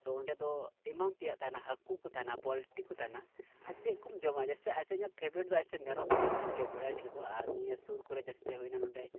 ᱛᱚ ᱚᱸᱰᱮ ᱫᱚ ᱮᱢᱟᱱ ᱛᱮᱭᱟᱜ ᱠᱚ ᱛᱟᱦᱮᱱᱟ ᱦᱟᱹᱠᱩ ᱠᱚ ᱛᱟᱦᱮᱱᱟ ᱯᱳᱞᱴᱤ ᱠᱚ ᱛᱟᱦᱮᱱᱟ ᱟᱨ ᱪᱮᱫ ᱠᱚᱢ ᱡᱚᱢᱟ ᱡᱮᱥᱮ ᱮᱥᱮ ᱧᱚᱜ ᱯᱷᱮᱵᱽᱨᱮᱴ ᱫᱚ ᱮᱥᱮ ᱢᱮᱨᱚᱢ ᱡᱤᱞ ᱜᱮᱧ ᱡᱚᱢ ᱵᱟᱲᱟᱭᱟ ᱰᱷᱮᱨ ᱫᱚ ᱟᱨ ᱱᱤᱭᱟᱹ ᱥᱩᱨ ᱠᱚᱨᱮᱜ ᱡᱟᱹᱥᱛᱤ ᱫᱚ ᱦᱩᱭᱱᱟ ᱱᱚᱰᱮ